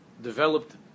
developed